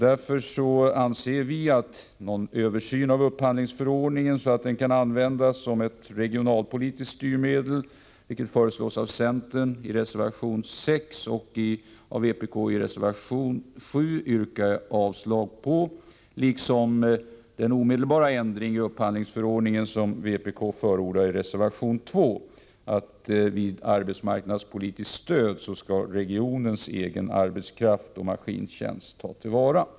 Därför anser vi att någon översyn av upphandlingsförordningen så att den kan användas som ett 93 regionalpolitiskt styrmedel inte behövs. Detta föreslås av centern i reservation 6 och av vpk i reservation 7, vilka jag yrkar avslag på. Likaså yrkar jag avslag på den omedelbara ändring i upphandlingsförordningen som vpk förordar i reservation 2 och som går ut på att vid arbetsmarknadspolitiskt stöd skall regionens egen arbetskraft och maskintjänst tas till vara.